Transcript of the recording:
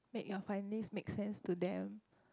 make your findings make sense to them